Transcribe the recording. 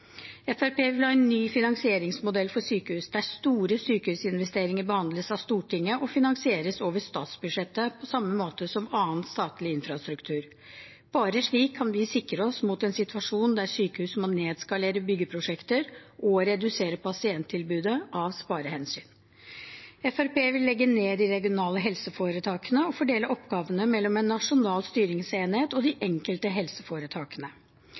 vil ha en ny finansieringsmodell for sykehus, der store sykehusinvesteringer behandles av Stortinget og finansieres over statsbudsjettet på samme måte som annen statlig infrastruktur. Bare slik kan vi sikre oss mot en situasjon der sykehus må nedskalere byggeprosjekter og redusere pasienttilbudet av sparehensyn. Fremskrittspartiet vil legge ned de regionale helseforetakene og fordele oppgavene mellom en nasjonal styringsenhet og de enkelte helseforetakene.